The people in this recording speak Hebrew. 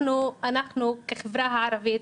כחברה הערבית,